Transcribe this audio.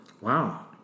Wow